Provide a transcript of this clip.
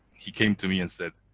he came to me and said,